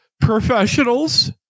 professionals